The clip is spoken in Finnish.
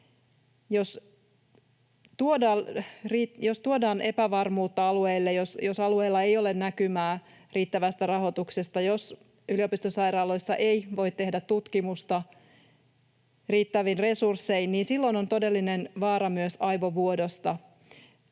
Jos tuodaan epävarmuutta alueelle, jos alueella ei ole näkymää riittävästä rahoituksesta ja jos yliopistosairaaloissa ei voi tehdä tutkimusta riittävin resurssein, niin silloin on myös todellinen aivovuodon